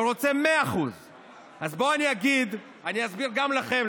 רוצה 100%. אז בוא אני אסביר גם לכם,